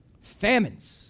Famines